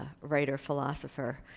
writer-philosopher